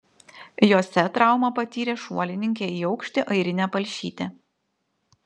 jose traumą patyrė šuolininkė į aukštį airinė palšytė